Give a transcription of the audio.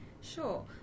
Sure